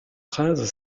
phrases